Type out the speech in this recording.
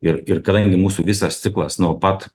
ir ir kadangi mūsų visas ciklas nuo pat